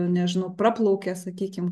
nežinau praplaukia sakykim